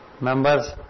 members